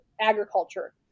agriculture